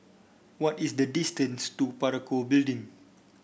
what is the distance to Parakou Building